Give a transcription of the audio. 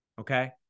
Okay